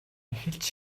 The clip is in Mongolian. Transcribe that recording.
эхэлж